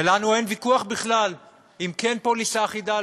ולנו אין ויכוח בכלל אם כן פוליסה אחידה,